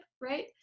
right